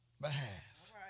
behalf